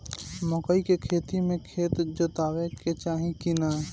मकई के खेती मे खेत जोतावे के चाही किना?